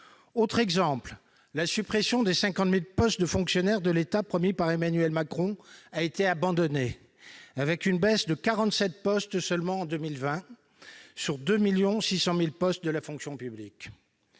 Autre exemple : la suppression des 50 000 postes de fonctionnaires de l'État promise par Emmanuel Macron a été abandonnée, avec une baisse de 47 postes seulement en 2020, sur 2,6 millions de postes dans la fonction publique.